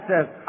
says